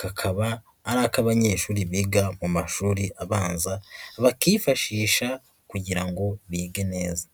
Kakaba ari akabanyeshuri biga mu mashuri abanza, bakifashisha kugira ngo bige neza.